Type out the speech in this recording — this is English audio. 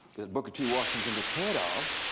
that booker t. washington is head of,